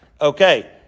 Okay